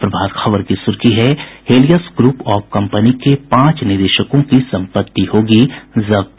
प्रभात खबर की सुर्खी है हेलियस ग्रूप ऑफ कंपनी के पांच निदेशकों की संपत्ति होगी जब्त